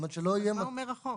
מה אומר החוק?